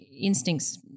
Instincts